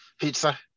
pizza